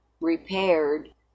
repaired